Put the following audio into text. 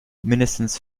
mindestens